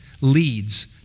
leads